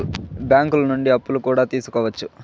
బ్యాంకులు నుండి అప్పులు కూడా తీసుకోవచ్చు